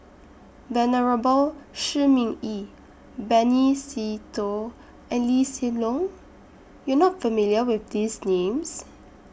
Venerable Shi Ming Yi Benny Se Teo and Lee Hsien Loong YOU Are not familiar with These Names